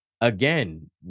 again